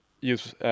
use